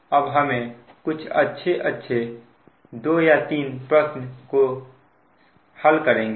अब हम कुछ अच्छे 2 या 3 प्रश्न को लेंगे